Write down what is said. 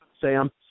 Sam